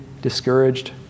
discouraged